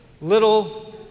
little